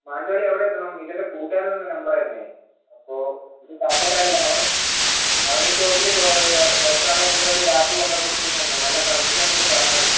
മാനന്തവാടി എവിടെ എത്തണം ഇതെൻ്റെ കൂട്ടുകാരൻ തന്ന നമ്പറായിരുന്നു അപ്പോൾ ഇത് കറക്റ്റായിട്ടറിയില്ല അവൻ അവൻ ഈ ഷോപ്പിൽ കുറച്ച് നാൾ മുമ്പൊരു ലാപ്പ് കൊണ്ടുക്കൊടുത്തുയെന്ന് പറഞ്ഞത് നല്ല സർവീസാണെന്നൊക്കെ പറഞ്ഞായിരുന്നു